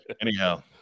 Anyhow